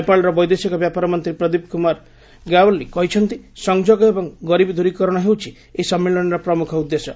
ନେପାଳର ବୈଦେଶିକ ବ୍ୟାପାର ମନ୍ତ୍ରୀ ପ୍ରଦୀପ କୁମାର ଗ୍ୟାଓ୍ୱାଲି କହିଛନ୍ତି ସଂଯୋଗ ଏବଂ ଗରିବୀ ଦୂରୀକରଣ ହେଉଛି ଏହି ସମ୍ମିଳନୀର ପ୍ରମୁଖ ଉଦ୍ଦେଶ୍ୟ